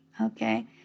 okay